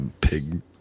pig